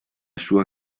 sua